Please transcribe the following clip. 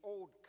Old